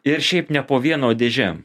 ir šiaip ne po vieną o dėžėm